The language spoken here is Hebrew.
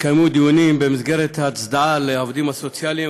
התקיימו דיונים במסגרת הצדעה לעובדים הסוציאליים,